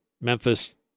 Memphis